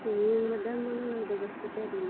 ꯌꯦꯡꯕꯗ ꯃꯥꯡꯂꯣꯏꯗꯕꯁꯤ ꯀꯔꯤꯅꯣ